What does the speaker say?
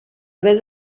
haver